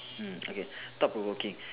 mm okay thought provoking